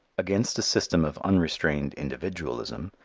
against a system of unrestrained individualism,